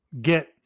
get